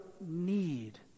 need